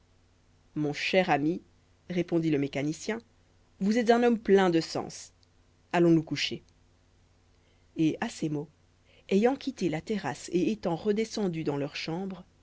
mon cher ami répondit le mécanicien vous êtes un homme plein de sens allons nous coucher et à ces mots ayant quitté la terrasse et étant redescendus dans leur chambre